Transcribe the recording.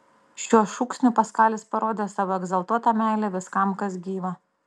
šiuo šūksniu paskalis parodė savo egzaltuotą meilę viskam kas gyva